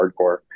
hardcore